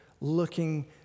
looking